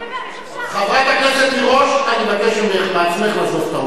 חברת הכנסת תירוש, אני קורא לך לסדר פעם שנייה.